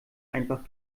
einfach